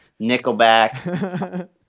nickelback